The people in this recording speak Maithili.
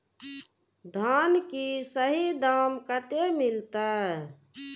धान की सही दाम कते मिलते?